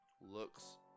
looks